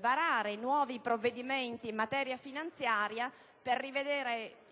varare nuovi provvedimenti in materia finanziaria per rivedere